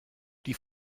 die